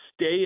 stay